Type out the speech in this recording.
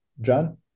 John